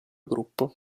gruppo